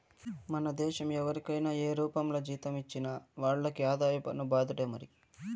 మన దేశం ఎవరికైనా ఏ రూపంల జీతం ఇచ్చినా వాళ్లకి ఆదాయ పన్ను బాదుడే మరి